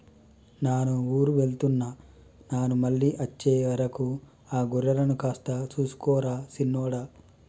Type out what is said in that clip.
నాను ఊరు వెళ్తున్న నాను మళ్ళీ అచ్చే వరకు ఆ గొర్రెలను కాస్త సూసుకో రా సిన్నోడా